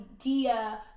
idea